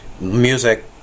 music